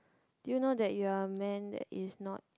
do you know that you are a man that is not